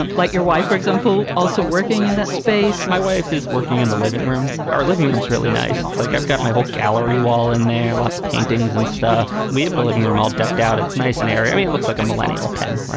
but like your wife, for example, also working in that space? my wife is working in the living room. our living room is really nice. it's like i've got my whole gallery wall in. there are lots of paintings and stuff. we have the living room all decked out. it's nice and area. i mean, it looks like a millennial pen, right?